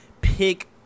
pick